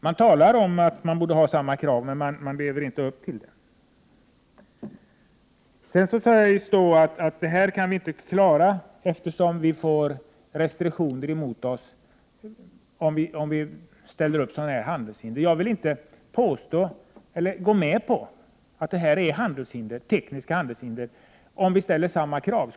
Man talar om att vi borde ha samma krav, men man lever inte upp till det talet. Sedan sägs det att vi inte kan klara detta, eftersom vi får restriktioner emot oss om vi ställer upp sådana här handelshinder. Jag vill inte gå med på att det är tekniska handelshinder om vi ställer samma krav.